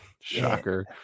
Shocker